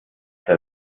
sehr